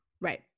Right